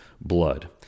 blood